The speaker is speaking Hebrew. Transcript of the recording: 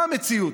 מה המציאות?